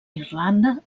irlanda